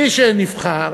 מי שנבחר